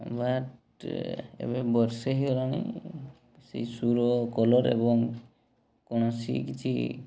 ବାଟ ଏବେ ବର୍ଷେ ହେଇଗଲାଣି ସେଇ ସୁ'ର କଲର୍ ଏବଂ କୌଣସି କିଛି